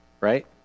right